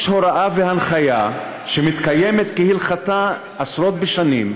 יש הוראה והנחיה, שמתקיימות כהלכתן עשרות בשנים,